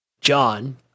John